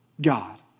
God